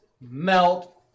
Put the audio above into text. melt